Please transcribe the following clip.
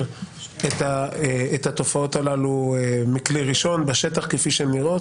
את התופעות הללו מכלי ראשון בשטח כפי שהן נראות,